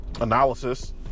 analysis